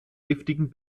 giftigen